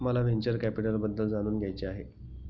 मला व्हेंचर कॅपिटलबद्दल जाणून घ्यायचे आहे